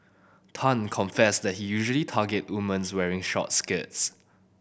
Tan confessed that he usually targets woman wearing short skirts